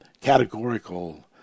categorical